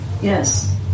Yes